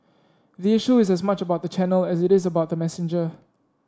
the issue is as much about the channel as it is about the messenger